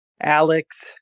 Alex